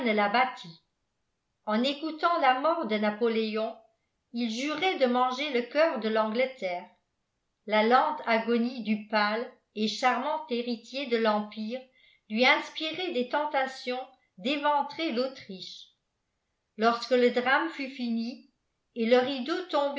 en écoutant la mort de napoléon il jurait de manger le coeur de l'angleterre la lente agonie du pâle et charmant héritier de l'empire lui inspirait des tentations d'éventrer l'autriche lorsque le drame fut fini et le rideau